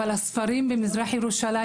אבל יש צנזורה בספרים במזרח ירושלים